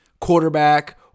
quarterback